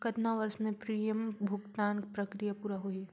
कतना वर्ष मे प्रीमियम भुगतान प्रक्रिया पूरा होही?